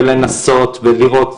ולנסות ולראות,